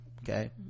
okay